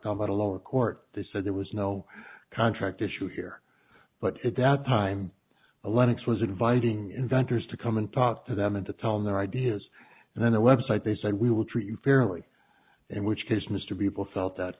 down by the lower court they said there was no contract issue here but at that time a lennox was inviting inventors to come and talk to them and to tell their ideas and then the website they said we will treat you fairly in which case mr people felt that